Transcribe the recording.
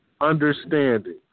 understanding